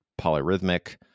polyrhythmic